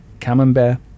Camembert